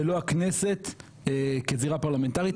ולא הכנסת כזירה פרלמנטרית?